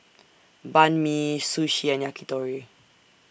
Banh MI Sushi and Yakitori